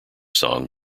song